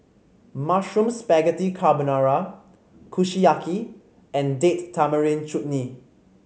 Mushroom Spaghetti Carbonara Kushiyaki and Date Tamarind Chutney